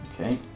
Okay